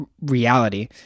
reality